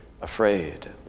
afraid